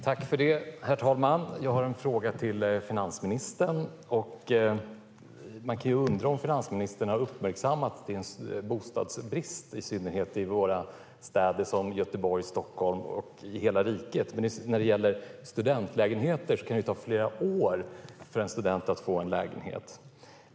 Herr talman! Jag har en fråga till finansministern. Man kan undra om finansministern har uppmärksammat att det är en bostadsbrist i hela riket men i synnerhet i städer som Göteborg och Stockholm. När det gäller studentlägenheter kan det ta flera år för en student att få en lägenhet.